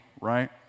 right